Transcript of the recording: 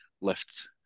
lift